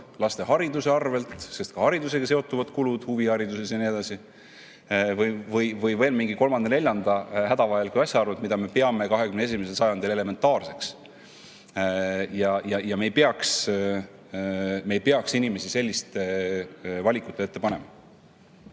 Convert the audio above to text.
laste hariduse arvel, sest ka haridusega on seotud kulud, huvihariduses ja nii edasi, või veel mingi kolmanda‑neljanda hädavajaliku asja arvel, mida me peame 21. sajandil elementaarseks. Me ei peaks inimesi selliste valikute ette panema.